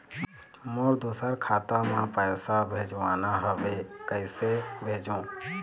मोर दुसर खाता मा पैसा भेजवाना हवे, कइसे भेजों?